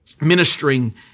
ministering